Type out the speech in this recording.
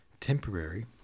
temporary